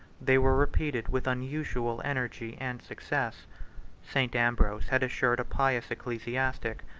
they were repeated with unusual energy and success st. ambrose had assured a pious ecclesiastic,